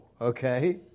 Okay